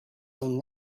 own